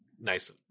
nice